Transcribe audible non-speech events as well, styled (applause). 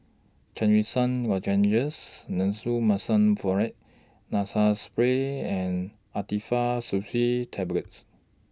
Trachisan Lozenges Nasonex Mometasone Furoate Nasal Spray and Actifed (unintelligible) Tablets